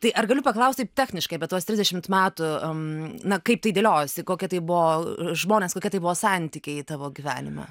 tai ar galiu paklausti techniškai apie tuos trisdešimt metų na kaip tai dėliojosi kokie tai buvo žmonės kokie tai buvo santykiai tavo gyvenime